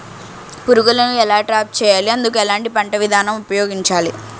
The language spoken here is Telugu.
పురుగులను ఎలా ట్రాప్ చేయాలి? అందుకు ఎలాంటి పంట విధానం ఉపయోగించాలీ?